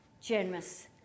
generous